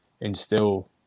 instill